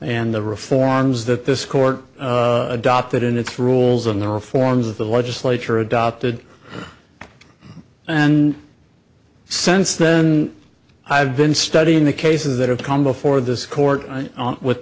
and the reforms that this court adopted in its rules and the reforms that the legislature adopted and since then i've been studying the cases that have come before this court with